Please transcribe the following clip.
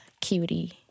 cutie